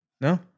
no